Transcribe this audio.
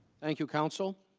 thank you counsel.